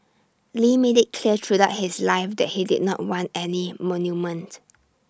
lee made IT clear throughout his life that he did not want any monuments